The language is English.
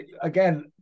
again